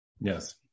yes